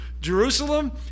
Jerusalem